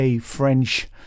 French